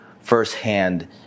firsthand